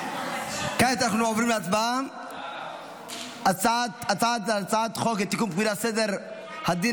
כעת אנחנו עוברים להצבעה על הצעת חוק לתיקון פקודת סדר הדין